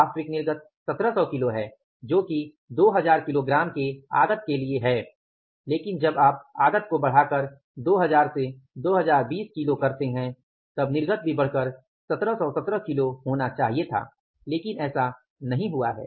वास्तविक निर्गत 1700 किलो है जो कि 2000 किलोग्राम के आगत के लिए है लेकिन जब आप आगत को बढाकर 2000 से 2020 किलो करते है तब निर्गत भी बढ़कर 1717 किलो होना चाहिए था लेकिन ऐसा नहीं हुआ है